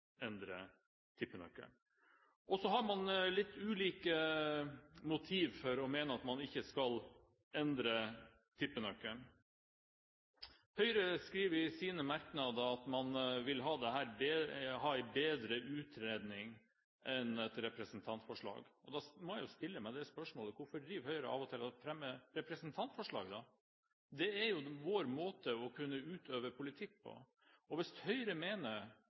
Så har man litt ulike motiv for å mene at man ikke skal endre tippenøkkelen. Høyre skriver i sine merknader at man vil ha en bredere utredning enn et representantforslag. Da må jeg jo stille meg spørsmålet: Hvorfor fremmer Høyre av og til representantforslag da? Det er jo vår måte å kunne utøve politikk på. Hvis Høyre mener